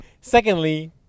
Secondly